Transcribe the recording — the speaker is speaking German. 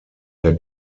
der